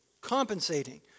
compensating